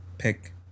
pick